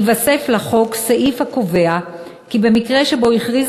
ייווסף לחוק סעיף הקובע כי במקרה שבו הכריזה